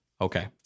Okay